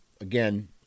again